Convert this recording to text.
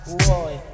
boy